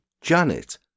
Janet